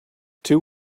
two